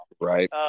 Right